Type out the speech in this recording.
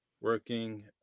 working